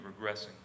regressing